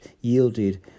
yielded